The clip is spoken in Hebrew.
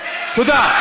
תודה.